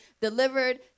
delivered